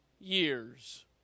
years